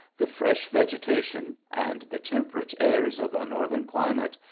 the fresh vegetation, and the temperate airs of a northern climate,